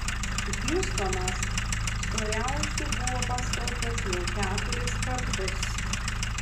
hjustonas storiausiu buvo paskelbtas jau keturis kartus